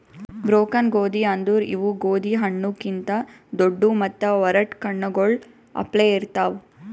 broken ಗೋದಿ ಅಂದುರ್ ಇವು ಗೋದಿ ಹಣ್ಣು ಕಿಂತ್ ದೊಡ್ಡು ಮತ್ತ ಒರಟ್ ಕಣ್ಣಗೊಳ್ ಅಪ್ಲೆ ಇರ್ತಾವ್